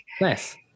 Nice